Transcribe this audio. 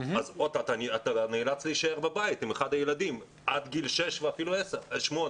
אז אתה נאלץ להישאר בבית עם אחד הילדים עד גיל שש ואפילו שמונה.